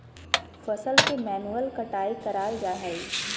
फसल के मैन्युअल कटाय कराल जा हइ